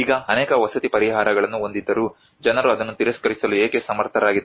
ಈಗ ಅನೇಕ ವಸತಿ ಪರಿಹಾರಗಳನ್ನು ಹೊಂದಿದ್ದರೂ ಜನರು ಅದನ್ನು ತಿರಸ್ಕರಿಸಲು ಏಕೆ ಸಮರ್ಥರಾಗಿದ್ದಾರೆ